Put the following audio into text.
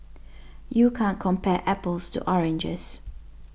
you can't compare apples to oranges